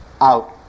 out